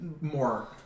more